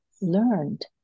learned